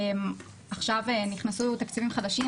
עכשיו נכנסו תקציבים חדשים,